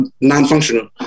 non-functional